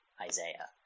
Isaiah